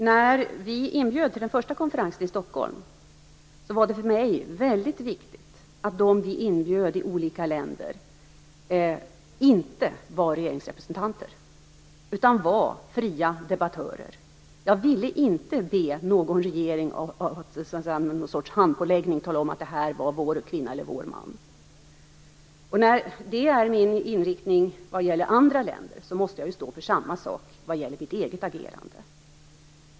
När vi inbjöd till den första konferensen i Stockholm var det för mig väldigt viktigt att de inbjudna från olika länder inte var regeringsrepresentanter utan att de var fria debattörer. Jag ville inte be någon regeringen att med någon sorts handpåläggning tala om att detta var deras kvinna respektive man. Eftersom det är min inriktning när det gäller andra länder, måste jag ju står för samma sak i mitt eget agerande.